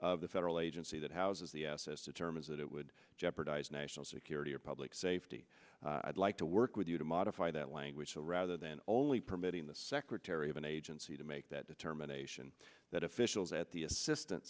of the federal agency that houses the s s determines that it would jeopardize national security or public safety i'd like to work with you to modify that language so rather than only permitting the secretary of an agency to make that determination that officials at the assistant